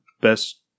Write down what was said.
best